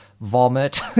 Vomit